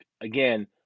again